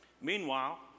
Meanwhile